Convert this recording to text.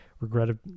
regretted